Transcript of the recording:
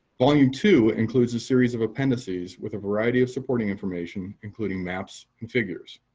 volume two includes a series of appendices with a variety of supporting information, including maps and figures.